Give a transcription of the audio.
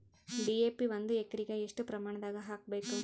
DAP ಒಂದು ಎಕರಿಗ ಎಷ್ಟ ಪ್ರಮಾಣದಾಗ ಹಾಕಬೇಕು?